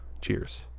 Cheers